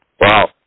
Wow